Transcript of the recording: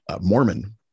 mormon